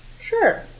sure